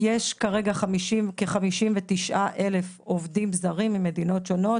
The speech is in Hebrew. יש כרגע כ-59,000 עובדים זרים ממדינות שונות